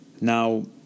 Now